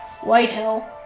Whitehill